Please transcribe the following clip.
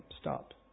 stop